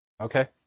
okay